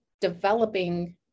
developing